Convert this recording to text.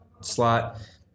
slot